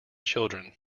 children